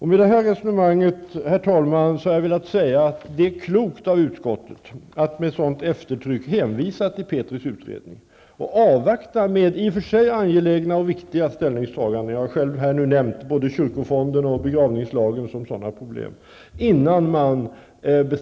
Med detta mitt resonemang har jag, herr talman, velat säga att det är klokt av utskottet att med eftertryck hänvisa till Petris utredning och att avvakta, i och för sig angelägna och viktiga, ställningstaganden innan man bestämmer sig. Jag har här nämnt kyrkofonden och begravningslagen som exempel på områden där det finns problem.